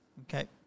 Okay